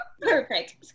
Perfect